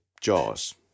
Jaws